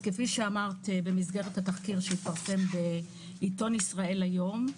כפי שאמרת במסגרת התחקיר שהתפרסם בעיתון ישראל היום,